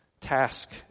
task